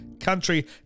country